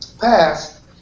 passed